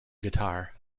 guitar